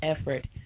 effort